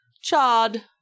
Chad